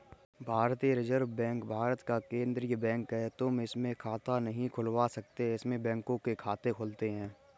भारतीय reserve bank Bharat का केन्द्रीय बैंक है, तुम इसमें खाता नहीं खुलवा सकते इसमें बैंकों के खाते खुलते हैं